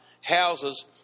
houses